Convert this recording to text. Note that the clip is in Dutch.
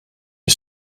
een